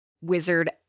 wizard